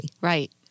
Right